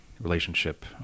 relationship